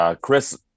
Chris